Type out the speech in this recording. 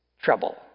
trouble